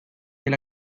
del